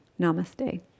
Namaste